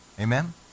Amen